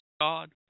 God